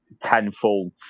tenfold